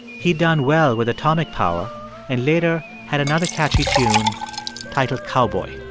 he'd done well with atomic power and later had another catchy tune titled cowboy.